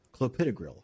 clopidogrel